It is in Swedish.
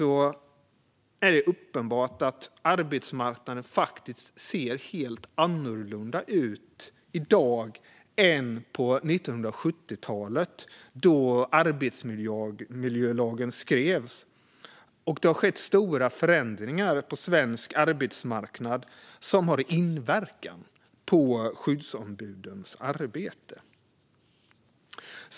Det är också uppenbart att arbetsmarknaden ser helt annorlunda ut i dag än på 1970-talet, när arbetsmiljölagen skrevs, och det har skett stora förändringar på svensk arbetsmarknad som har inverkan på skyddsombudens arbete.